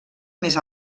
més